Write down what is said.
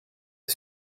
est